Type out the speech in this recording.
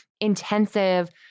intensive